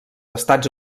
estats